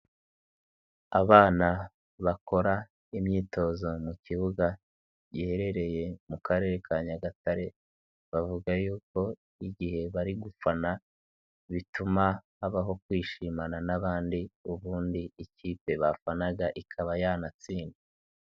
Abana bakora imyitozo mu kibuga giherereye mu Karere ka Nyagatare bavuga yuko igihe bari gufana bituma habaho kwishimana n'abandi ubundi ikipe bafanaga ikaba yanatsinda.